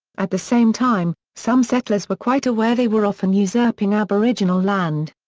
at the same time, some settlers were quite aware they were often usurping aboriginal land.